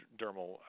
dermal